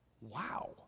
Wow